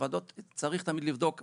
צריך תמיד לבדוק וועדה,